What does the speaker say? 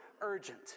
urgent